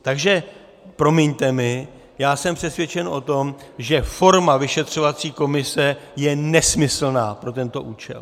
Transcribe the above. Takže promiňte mi, já jsem přesvědčen o tom, že forma vyšetřovací komise je nesmyslná pro tento účel.